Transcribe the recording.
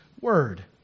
word